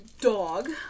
dog